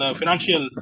financial